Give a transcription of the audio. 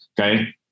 okay